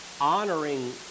honoring